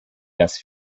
das